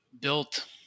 built